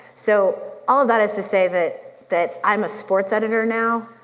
so, all of that is to say that that i'm a sports editor now,